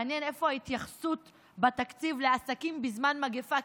מעניין איפה ההתייחסות בתקציב לעסקים בזמן מגפה,